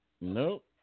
Nope